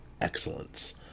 excellence